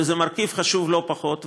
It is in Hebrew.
וזה מרכיב חשוב לא פחות,